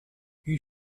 you